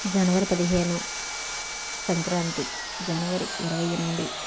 జనవరి పదిహేను సంక్రాంతి జనవరి ఇరవై ఎనిమిది